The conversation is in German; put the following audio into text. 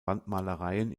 wandmalereien